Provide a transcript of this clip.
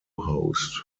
host